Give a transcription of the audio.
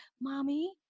mommy